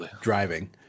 driving